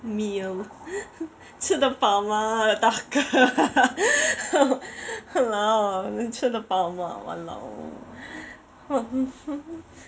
meal 吃得饱吗大哥 !walao! 吃得饱吗 !walao!